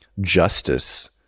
justice